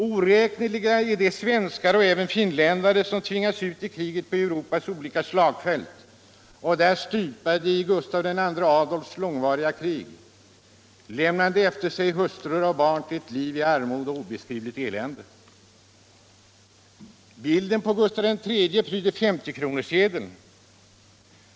Oräkneliga är de svenskar, och även finländare, som tvingades ut på Europas olika slagfält och där stupade i Gustav II Adolfs långvariga krig, lämnande efter sig hustrur och barn till ett liv i armod och obeskrivligt elände. Bilden av Gustav III pryder femtiokronorssedeln.